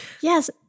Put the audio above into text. Yes